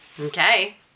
Okay